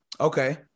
Okay